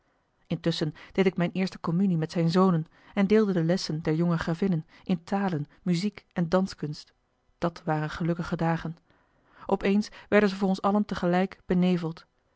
intusschen deed ik mijne eerste communie met zijne zonen en deelde de lessen der jonge gravinnen in talen muziek en danskunst dàt waren gelukkige dagen op eens werden ze voor ons allen tegelijk beneveld